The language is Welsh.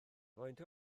faint